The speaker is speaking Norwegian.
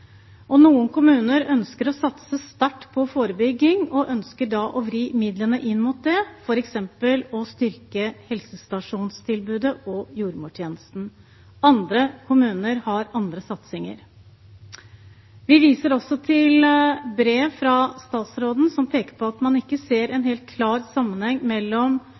nødvendig. Noen kommuner ønsker å satse sterkt på forebygging og ønsker da å vri midlene inn mot det, f.eks. å styrke helsestasjonstilbudet og jordmortjenesten. Andre kommuner har andre satsinger. Vi viser også til brev fra statsråden, som peker på at man ikke ser en helt klar sammenheng mellom